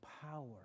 power